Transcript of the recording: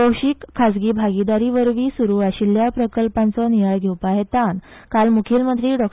भौशीक खाजगी भागिदारी वरवीं सुरू आशिल्ल्या प्रकल्पांचो नियाळ घेवपा हेतान काल मुखेलमंत्री डॉ